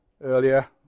earlier